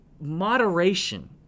moderation